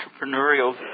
entrepreneurial